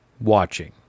watching